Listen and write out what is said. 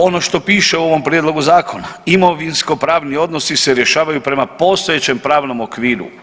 Ono što piše u ovom prijedlogu zakona imovinskopravni odnosi se rješavaju prema postojećem pravnom okviru.